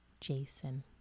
Jason